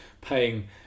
paying